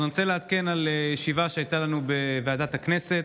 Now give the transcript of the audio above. אז אני רוצה לעדכן על ישיבה שהייתה לנו בוועדת הכנסת,